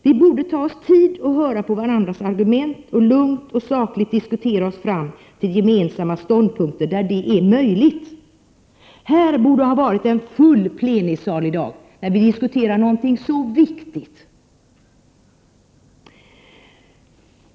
Vi borde ta oss tid att lyssna på varandras argument och lugnt och sakligt diskutera oss fram till gemensamma ståndpunkter där det är möjligt. Plenisalen borde ha varit full i dag, när vi diskuterar någonting så viktigt.